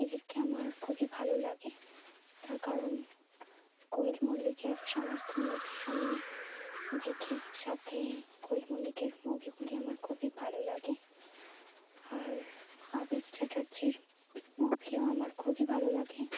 এদেরকে আমার খুবই ভালো লাগে তার কারণ কোয়েল মল্লিকের সমস্ত মুভি আমি দেখি সাথে কোয়েল মল্লিকের মুভিগুলি আমার খুবই ভালো লাগে আর আবির চ্যাটার্জির মুভিও আমার খুবই ভালো লাগে